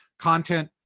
content,